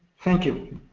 thank you,